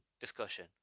discussion